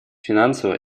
финансово